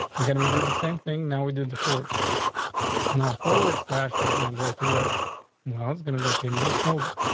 and then we do the same thing. now we did the forward slash now, forward slash is gonna go to where where i was gonna go. payment just folder.